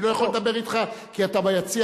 אני לא יכול לדבר אתך, כי אתה ביציע.